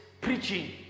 preaching